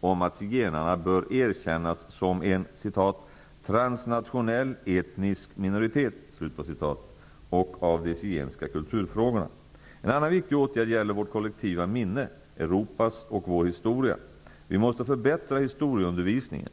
om att zigenarna bör erkännas som en ''transnationell etnisk minoritet'' och av de zigenska kulturfrågorna. En annan viktig åtgärd gäller vårt kollektiva minne, Europas och vår historia. Vi måste förbättra historieundervisningen.